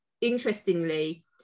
interestingly